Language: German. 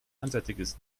einseitiges